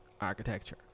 architecture